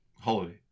holiday